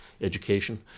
education